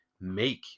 make